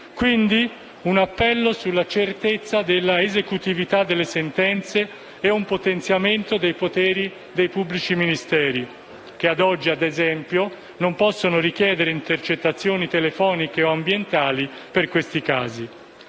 Quindi, l'appello è sulla certezza dell'esecutività delle sentenze e un potenziamento dei poteri dei pubblici ministeri, che ad oggi, ad esempio, non possono richiedere intercettazioni telefoniche o ambientali per questi casi.